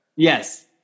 Yes